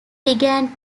began